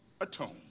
atone